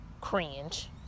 cringe